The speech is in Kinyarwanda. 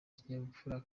ikinyabupfura